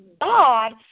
God